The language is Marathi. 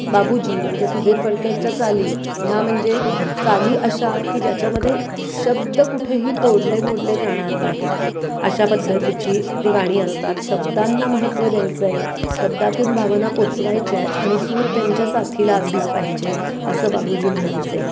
बाबूजी म्हणजे सुधीर फडक्यांच्या चाली ह्या म्हणजे चाली अशा की ज्याच्यामध्ये शब्द कुठेही तोडले मोडले जाणार नाहीत अशा पद्धतीची ती गाणी असतात शब्दांना महत्त्व द्यायचं आहे शब्दातून भावना पोचवायच्या आहेत आणि सूर त्यांच्या साथीला असला पाहिजे असं बाबूजी म्हणायचे